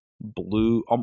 blue